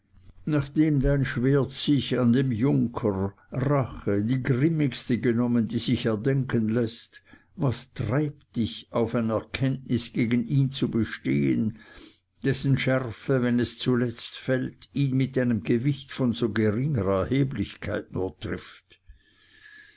nachdem dein schwert sich an dem junker rache die grimmigste genommen die sich erdenken läßt was treibt dich auf ein erkenntnis gegen ihn zu bestehen dessen schärfe wenn es zuletzt fällt ihn mit einem gewicht von so geringer erheblichkeit nur trifft